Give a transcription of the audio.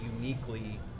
uniquely